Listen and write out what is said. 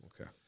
Okay